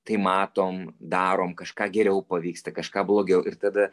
tai matom darom kažką geriau pavyksta kažką blogiau ir tada